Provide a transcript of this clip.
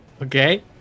Okay